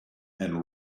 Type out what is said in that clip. and